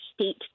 state